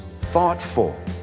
thoughtful